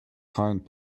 hind